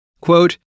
quote